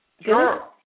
Sure